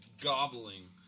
gobbling